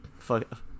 fuck